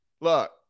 look